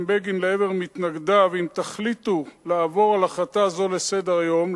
בגין לעבר מתנגדיו: אם תחליטו לעבור על החלטה זו לסדר-היום,